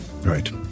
right